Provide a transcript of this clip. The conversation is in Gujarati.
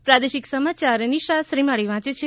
પ્રાદેશિક સમાયાર નિશા શ્રીમાળી વાંચે છે